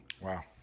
Wow